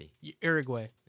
Uruguay